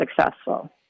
successful